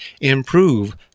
improve